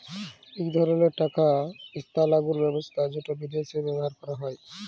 ইক ধরলের টাকা ইস্থালাল্তর ব্যবস্থা যেট বিদেশে ব্যাভার হ্যয়